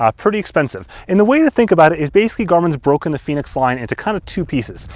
ah pretty expensive. and the way to think about it is, basically garmin's broken the fenix line into kind of two pieces.